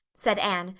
said anne,